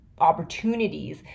opportunities